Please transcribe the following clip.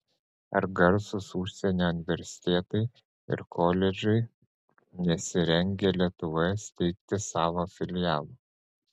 ar garsūs užsienio universitetai ir koledžai nesirengia lietuvoje steigti savo filialų